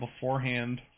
beforehand